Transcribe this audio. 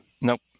Nope